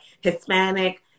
Hispanic